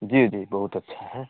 जी जी बहुत अच्छा है